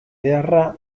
beharra